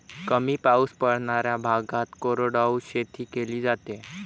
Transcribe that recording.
कमी पाऊस पडणाऱ्या भागात कोरडवाहू शेती केली जाते